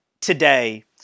today